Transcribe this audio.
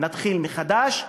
נתחיל מחדש,